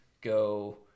go